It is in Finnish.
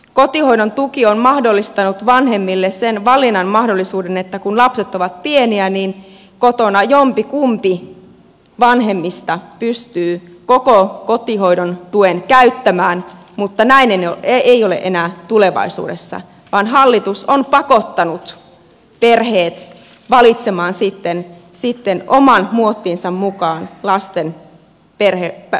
kotihoidon tuki on mahdollistanut vanhemmille sen valinnan mahdollisuuden että kun lapset ovat pieniä niin kotona jompikumpi vanhemmista pystyy koko kotihoidon tuen käyttämään mutta näin ei ole enää tulevaisuudessa vaan hallitus on pakottanut perheet valitsemaan sitten oman muottinsa mukaan lasten päivähoidon